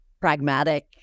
pragmatic